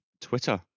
Twitter